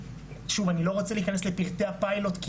שוב אני לא רוצה להיכנס לפרטי הפיילוט,